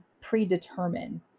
predetermine